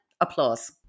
applause